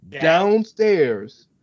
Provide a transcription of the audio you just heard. downstairs